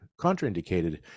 contraindicated